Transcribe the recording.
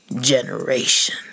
generation